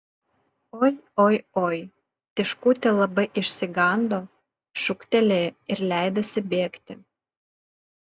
oi oi oi tiškutė labai išsigando šūktelėjo ir leidosi bėgti